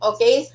Okay